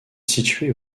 située